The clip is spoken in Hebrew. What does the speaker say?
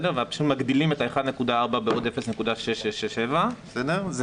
רק כשמגדילים את ה-1.4% בעוד 0.667%. זו